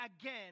again